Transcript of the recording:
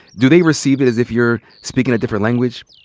do they receive it as if you're speakin' a different language?